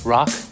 Rock